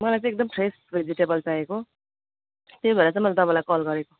मलाई चाहिँ एकदम फ्रेस भेजिटेबल चाहिएको त्यही भएर चाहिँ मैले तपाईँलाई कल गरेको